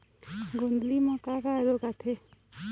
गोंदली म का का रोग आथे?